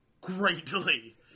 greatly